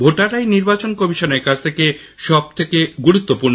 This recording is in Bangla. ভোটাররাই নির্বাচন কমিশনের কাছে সব থেকে গুরুত্বপূর্ণ